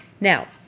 Now